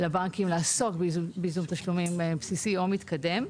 לבנקים, כדי לעסוק בייזום תשלומים בסיסי או מתקדם.